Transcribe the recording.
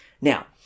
Now